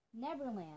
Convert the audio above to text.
Neverland